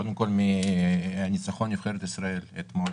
קודם כל, מהניצחון של נבחרת ישראל אתמול